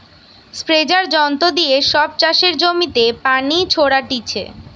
স্প্রেযাঁর যন্ত্র দিয়ে সব চাষের জমিতে পানি ছোরাটিছে